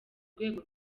rwego